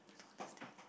I don't want to stay